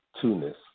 tunis